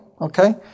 okay